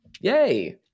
Yay